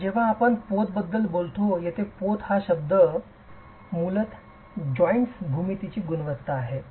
तर जेव्हा आपण पोत बद्दल बोलतो येथे 'पोत' हा शब्द येथे पोत हा शब्द मूलतः सांध्याच्या भूमितीची गुणवत्ता आहे